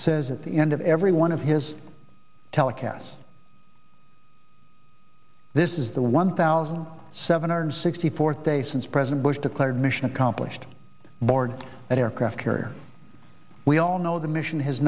says at the end of every one of his telecast this is the one thousand seven hundred sixty fourth day since president bush declared mission accomplished board that aircraft carrier we all know the mission has